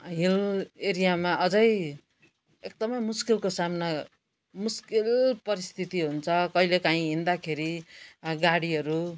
hill एरियामा अझै एकदमै मुस्किलको सामना मुस्किल परिस्थिति हुन्छ कहिले कहीँ हिँड्दाखेरि गाडीहरू